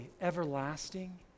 everlasting